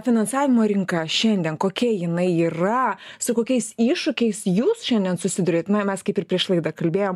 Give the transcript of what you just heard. finansavimo rinka šiandien kokia jinai yra su kokiais iššūkiais jūs šiandien susiduriat na mes kaip ir prieš laidą kalbėjom